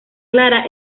clara